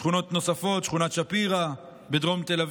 ושכונות נוספות, שכונת שפירא בדרום תל אביב,